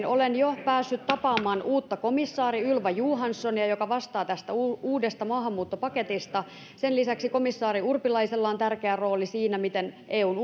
olen jo päässyt tapaamaan uutta komissaaria ylva johanssonia joka vastaa tästä uudesta maahanmuuttopaketista sen lisäksi komissaari urpilaisella on tärkeä rooli siinä miten eun